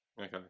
okay